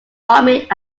farming